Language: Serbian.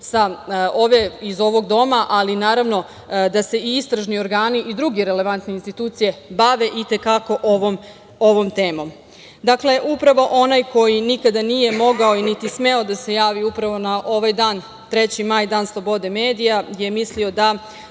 i iz ovog doma, ali naravno da se i istražni organi i druge relevantne institucije bave i te kako ovom temom. Upravo onaj koji nikada nije mogao niti smeo da se javi na ovaj dan, 3. maj, dan slobode medija, je mislio da